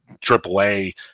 triple-A